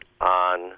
on